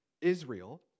Israel